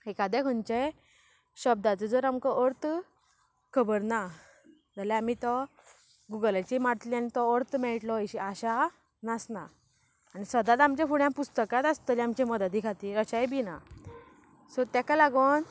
एकाद्या खंयच्या शब्दाचो जर आमकां अर्थ खबर ना जाल्या आमी तो गुगलाचेर मारतले आनी तो अर्थ मेळटलो अशी आशा नासना आनी सदांच आमच्या फुड्यां पुस्तकांत आसतलीं आमचे मदती खातीर अशेंय बी ना सो ताका लागून